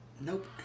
nope